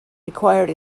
required